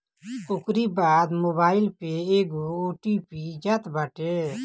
ओकरी बाद मोबाईल पे एगो ओ.टी.पी जात बाटे